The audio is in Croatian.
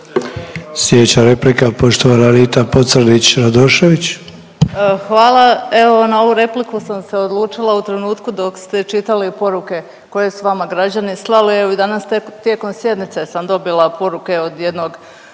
Slijedeća replika poštovana Anita Pocrnić-Radošević.